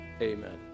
Amen